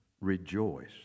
rejoice